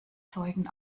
zeugen